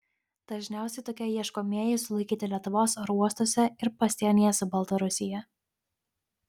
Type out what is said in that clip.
dažniausiai tokie ieškomieji sulaikyti lietuvos oro uostuose ir pasienyje su baltarusija